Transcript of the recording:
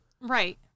Right